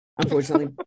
Unfortunately